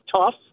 tough